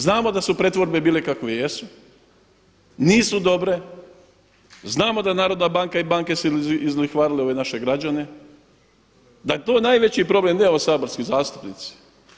Znamo da se pretvorbe bile kakve jesu, nisu dobre, znamo da Narodna banke i banke izlihvarile ove naše građane, da je to najveći problem, ne … saborski zastupnici.